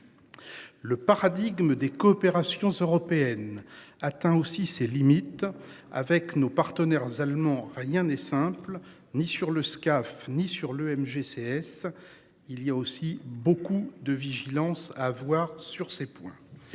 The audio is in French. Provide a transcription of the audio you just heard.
Le paradigme des coopérations européennes atteint aussi ses limites avec nos partenaires allemands. Enfin il y a est simple, ni sur le SCAF ni sur le MGCS. Il y a aussi beaucoup de vigilance à voir sur ces points.